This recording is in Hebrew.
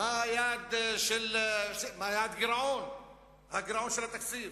מה יעד הגירעון של התקציב,